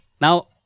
Now